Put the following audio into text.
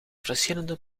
verschillende